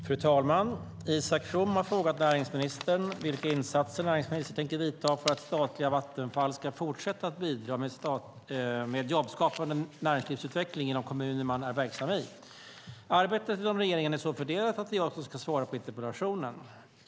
Fru talman! Isak From har frågat näringsministern vilka insatser näringsministern tänker vidta för att statliga Vattenfall ska fortsätta att bidra med jobbskapande näringslivsutveckling i de kommuner man är verksam i. Arbetet inom regeringen är så fördelat att det är jag som ska svara på interpellationen.